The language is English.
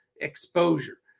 exposure